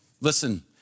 listen